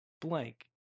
blank